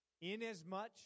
Inasmuch